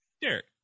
Derek